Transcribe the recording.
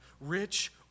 rich